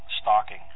stalking